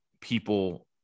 people